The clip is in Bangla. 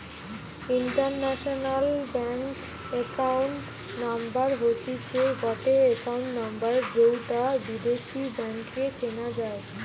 ইন্টারন্যাশনাল ব্যাংক একাউন্ট নাম্বার হতিছে গটে একাউন্ট নম্বর যৌটা বিদেশী ব্যাংকে চেনা যাই